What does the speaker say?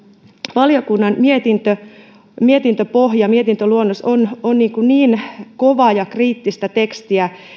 valiokunnan mietintöpohja on on niin kovaa ja kriittistä tekstiä